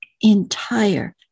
entire